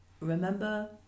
remember